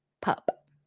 pup